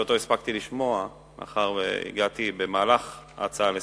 שאותו הספקתי לשמוע מאחר שהגעתי במהלך ההצעה לסדר-היום,